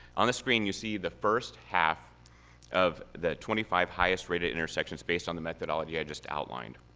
on the screen you see the first half of the twenty five highest rated intersections based on the methodology i just outlined.